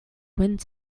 wind